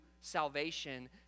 salvation